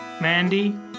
Mandy